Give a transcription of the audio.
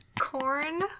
Corn